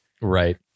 Right